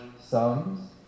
sums